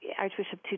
Archbishop